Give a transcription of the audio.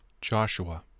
Joshua